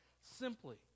simply